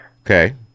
Okay